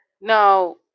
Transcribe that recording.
Now